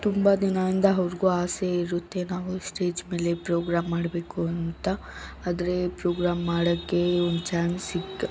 ತುಂಬ ದಿನದಿಂದ ಅವ್ರಿಗೂ ಆಸೆ ಇರುತ್ತೆ ನಾವು ಸ್ಟೇಜ್ ಮೇಲೆ ಪ್ರೋಗ್ರಾಮ್ ಮಾಡಬೇಕು ಅಂತ ಆದರೆ ಪ್ರೋಗ್ರಾಮ್ ಮಾಡೋಕ್ಕೆ ಒಂದು ಚಾನ್ಸ್ ಸಿಗ